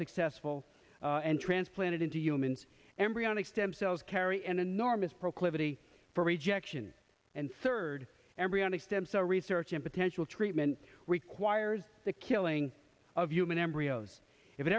successful and transplanted into human embryonic stem cells carry an enormous proclivity for rejection and surd embryonic stem cell research and potential treatment requires the killing of human embryos if it